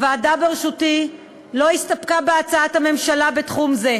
הוועדה בראשותי לא הסתפקה בהצעת הממשלה בתחום זה,